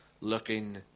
looking